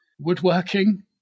woodworking